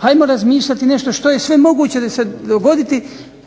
Ajmo razmišljati nešto što je sve moguće da će se dogoditi